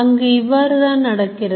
அங்கு இவ்வாறு தான் நடக்கிறது